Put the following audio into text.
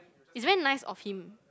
is very nice of him